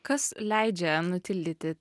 kas leidžia nutildyti